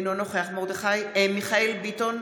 אינו נוכח מיכאל מרדכי ביטון,